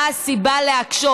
מה הסיבה להקשות?